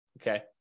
okay